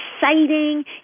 exciting